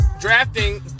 drafting